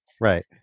Right